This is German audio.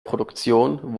produktion